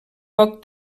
poc